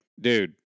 dude